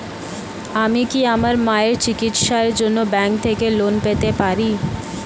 আমি কি আমার মায়ের চিকিত্সায়ের জন্য ব্যঙ্ক থেকে লোন পেতে পারি?